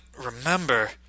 remember